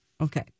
Okay